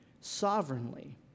sovereignly